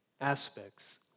aspects